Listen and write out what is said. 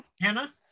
Hannah